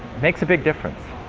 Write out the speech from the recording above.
makes a big difference.